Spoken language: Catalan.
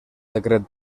decret